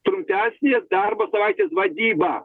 trumpesnės darbo savaitės vadyba